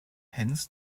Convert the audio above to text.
hens